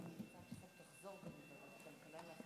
ההצעה להעביר את הצעת חוק לתיקון פקודת הכלבת (מס' 6)